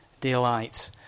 delight